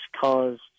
caused